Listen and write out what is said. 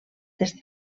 des